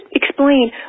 explain